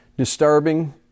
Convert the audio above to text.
disturbing